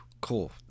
Cool